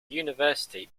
university